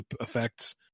effects